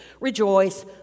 rejoice